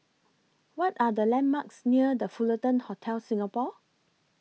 What Are The landmarks near The Fullerton Hotel Singapore